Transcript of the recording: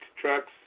trucks